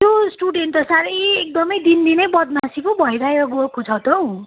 त्यो स्टुडेन्ट त साह्रै एकदम दिन दिनै बदमासी पो भएर गएको छ त